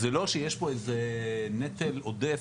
אז זה לא שיש פה איזה נטל עודף,